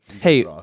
Hey